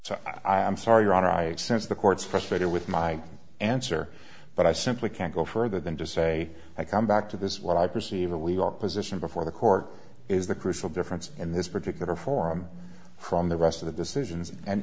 so i am sorry your honor i sense the court's frustrated with my answer but i simply can't go further than to say i come back to this what i perceive a legal position before the court is the crucial difference in this particular forum from the rest of the decisions and